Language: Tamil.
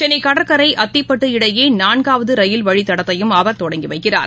சென்னை கடற்கரை அத்திப்பட்டு இடையே நான்காவது ரயில் வழித்தடத்தையும் அவர் தொடங்கி வைக்கிறார்